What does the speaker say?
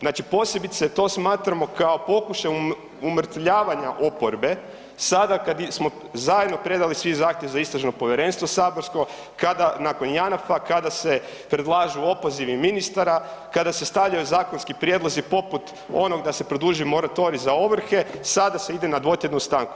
Znači posebice to smatramo kao pokušaj umrtvljavanja oporbe sada kad smo zajedno svi predali zahtjev za istražno povjerenstvo saborsko, kada, nakon JANAF-a kada se predlažu opozivi ministara, kada se stavljaju zakonski prijedlozi poput onog da se produži moratorij za ovrhe, sada se ide na dvotjednu stanku.